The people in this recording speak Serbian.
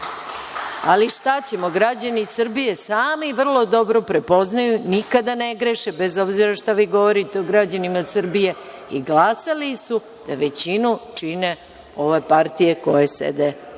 ali šta ćemo, građani Srbije sami vrlo dobro prepoznaju, nikada ne greše, bez obzira šta vi govorite građanima Srbije i glasali su da većinu čine ove partije koje sede